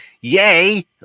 yay